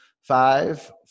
Five